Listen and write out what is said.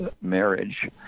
marriage